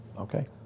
Okay